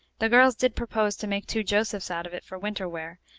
the girls did propose to make two josephs out of it for winter wear,